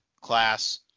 class